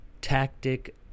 tactic